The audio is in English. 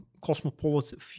cosmopolitan